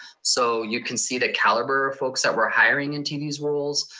so you can see the caliber of folks that we're hiring into these roles